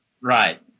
Right